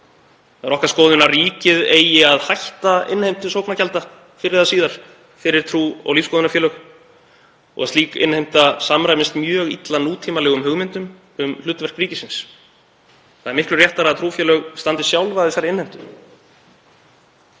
Það er okkar skoðun að ríkið eigi að hætta innheimtu sóknargjalda fyrr eða síðar fyrir trú- og lífsskoðunarfélög og að slík innheimta samræmist mjög illa nútímalegum hugmyndum um hlutverk ríkisins. Það er miklu réttara að trúfélög standi sjálf að þessari innheimtu.